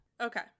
Okay